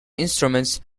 instrument